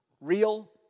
Real